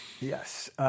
Yes